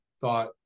thought